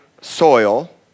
soil